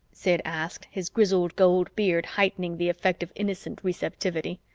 sid asked, his grizzled gold beard heightening the effect of innocent receptivity.